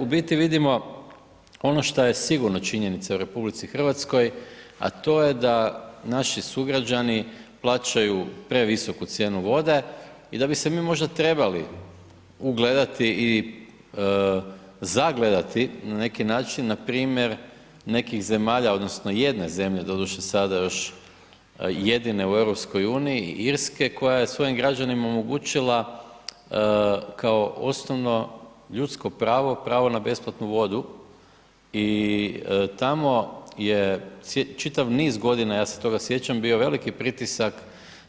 U biti vidimo ono šta je sigurno činjenica u RH, a to je da naši sugrađani plaćaju previsoku cijenu vode i da bi se mi možda trebali ugledati, zagledati na neki način na primjer nekih zemalja odnosno jedne zemlje doduše sada još jedine u EU Irske koja je svojim građanima omogućila kao osnovno ljudsko pravo, pravo na besplatnu vodu i tamo je čitav niz godina, ja se toga sjećam, bio veliki pritisak